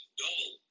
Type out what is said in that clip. dull